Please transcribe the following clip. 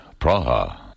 Praha